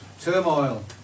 Turmoil